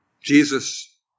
Jesus